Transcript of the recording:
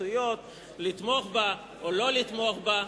התלבטויות לתמוך בה או לא לתמוך בה,